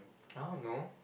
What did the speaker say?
I don't know